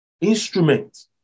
instrument